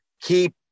keep